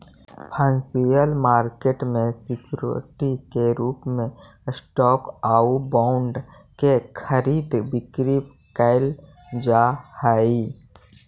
financial market में security के रूप में स्टॉक आउ बॉन्ड के खरीद बिक्री कैल जा हइ